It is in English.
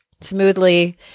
smoothly